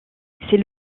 c’est